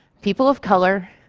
people of color,